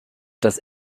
das